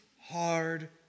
hard